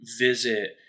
visit